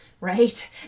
Right